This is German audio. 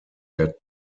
der